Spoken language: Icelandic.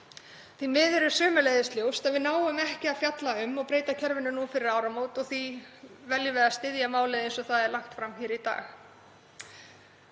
Því miður er sömuleiðis ljóst að við náum ekki að fjalla um og breyta kerfinu nú fyrir áramót. Því veljum við að styðja málið eins og það er lagt fram í dag.